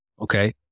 Okay